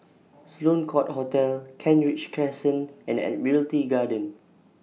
Sloane Court Hotel Kent Ridge Crescent and Admiralty Garden